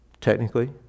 Technically